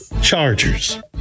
Chargers